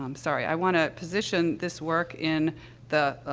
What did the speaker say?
um sorry. i want to position this work in the,